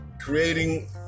creating